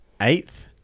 Eighth